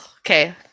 okay